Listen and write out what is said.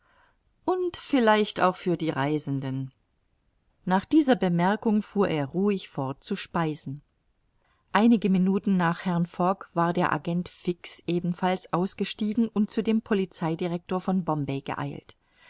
und vielleicht auch für die reisenden nach dieser bemerkung fuhr er ruhig fort zu speisen einige minuten nach herrn fogg war der agent fix ebenfalls ausgestiegen und zu dem polizeidirector von bombay geeilt